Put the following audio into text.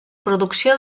producció